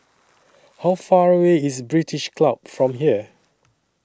How Far away IS British Club from here